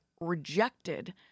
rejected